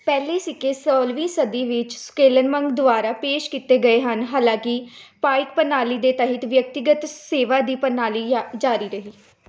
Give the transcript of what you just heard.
ਪਹਿਲੇ ਸਿੱਕੇ ਸੌਲਵੀਂ ਸਦੀ ਵਿੱਚ ਸੁਕਲੇਨਮੁੰਗ ਦੁਆਰਾ ਪੇਸ਼ ਕੀਤੇ ਗਏ ਹਨ ਹਾਲਾਂਕਿ ਪਾਇਕ ਪ੍ਰਣਾਲੀ ਦੇ ਤਹਿਤ ਵਿਅਕਤੀਗਤ ਸੇਵਾ ਦੀ ਪ੍ਰਣਾਲੀ ਜਾਰੀ ਜਾਰੀ ਰਹੀ